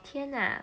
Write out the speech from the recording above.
天啊